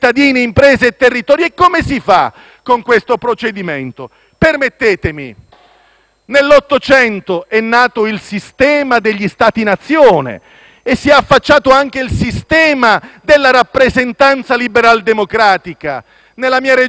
Nell'Ottocento è nato il sistema degli Stati-Nazione e si è affacciato anche il sistema della rappresentanza liberaldemocratica. Nella mia Regione c'è stato un grande servitore dell'allora ordinamento, Giuseppe de Thomasis,